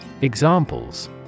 Examples